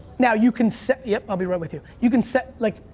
now you can set, yup, i'll be right with you. you can set, like,